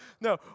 No